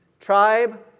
tribe